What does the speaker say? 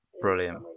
Brilliant